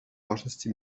важности